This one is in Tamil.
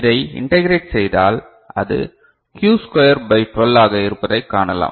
இதை இன்டெகிரேட் செய்தால் அது q ஸ்குயர் பை 12 ஆக இருப்பதைக் காணலாம்